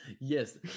Yes